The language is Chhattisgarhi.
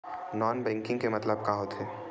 नॉन बैंकिंग के मतलब का होथे?